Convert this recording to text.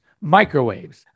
microwaves